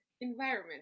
environment